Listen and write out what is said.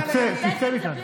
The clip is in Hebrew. תצא, תצא מכאן.